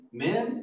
men